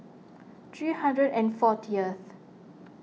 three hundred and fortieth